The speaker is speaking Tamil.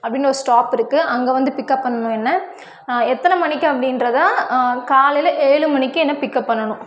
அப்படின்னு ஒரு ஸ்டாப் இருக்கு அங்கே வந்து பிக்அப் பண்ணணும் என்ன எத்தனை மணிக்கு அப்படின்றத காலையில் ஏழு மணிக்கு என்ன பிக்அப் பண்ணணும்